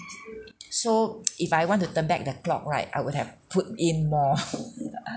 so if I want to turn back the clock right I would have put in more